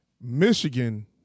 Michigan